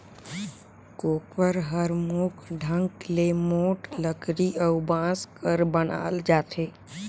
कोपर हर मुख ढंग ले मोट लकरी अउ बांस कर बनाल जाथे